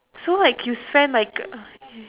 so like you spend like uh